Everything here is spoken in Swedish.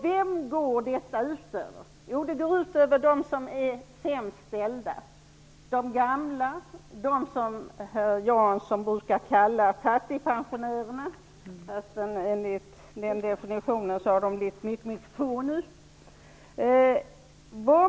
Vem skulle detta gå ut över? Jo, det skulle gå ut över dem som är sämst ställda och de gamla. Det är de som herr Jansson brukar kalla fattigpensionärerna. De som nu drabbas är nu mycket få.